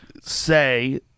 say